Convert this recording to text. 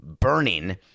burning